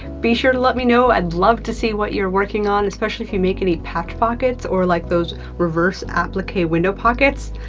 be sure to let me know. i'd love to see what you're working on, especially if you make any patch pockets or like those reverse applique window pockets.